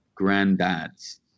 granddads